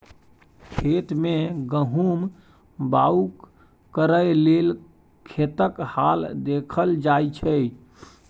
खेत मे गहुम बाउग करय लेल खेतक हाल देखल जाइ छै